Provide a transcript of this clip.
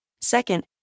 Second